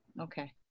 Okay